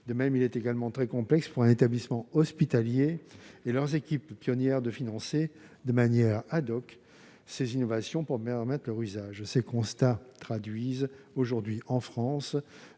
De même, il est également très complexe pour un établissement hospitalier et ses équipes pionnières de financer de manière ces innovations pour permettre leur usage. Ces constats traduisent l'absence, aujourd'hui, en France,